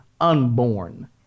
unborn